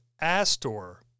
Astor